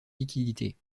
liquidités